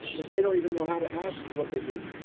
if they don't even know how to ask what they do,